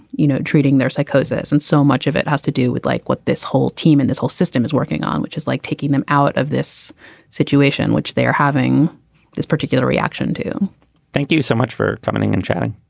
you know, treating their psychosis. and so much of it has to do with like what this whole team and this whole system is working on, which is like taking them out of this situation, which they are having this particular reaction to thank you so much for coming and chatting.